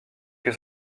que